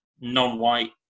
non-white